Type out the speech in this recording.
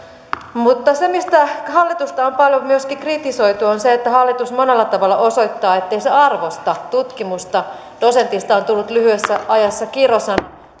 mutta se mistä hallitusta on paljon myöskin kritisoitu on se että hallitus monella tavalla osoittaa ettei se arvosta tutkimusta dosentista on tullut lyhyessä ajassa kirosana